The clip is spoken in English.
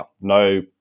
no